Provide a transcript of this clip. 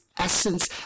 essence